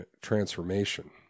transformation